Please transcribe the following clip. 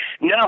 No